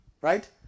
Right